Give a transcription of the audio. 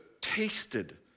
tasted